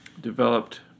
developed